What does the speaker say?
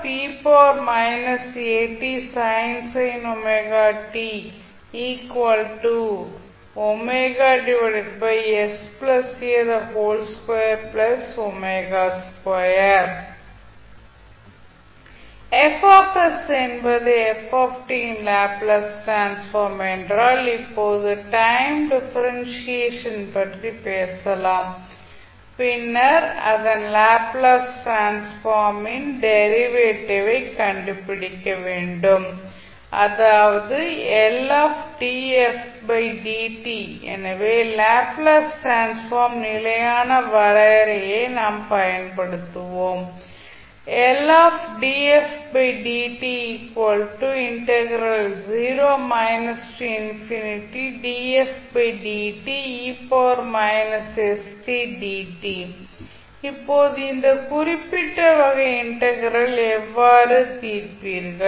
என்பது இன் Laplace transform என்றால் இப்போது டைம் டிஃபரென்ஷியேஷன் பற்றி பேசலாம் பின்னர் அதன் லேப்ளேஸ் டிரான்ஸ்ஃபார்ம் ன் டெரிவேட்டிவ் ஐ கண்டுபிடிக்க வேண்டும் அதாவது எனவே லேப்ளேஸ் டிரான்ஸ்ஃபார்ம் நிலையான வரையறையை நாம் பயன்படுத்துகிறோம் இப்போது இந்த குறிப்பிட்ட வகை இன்டெக்ரல் எவ்வாறு தீர்ப்பீர்கள்